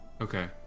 Okay